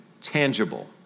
tangible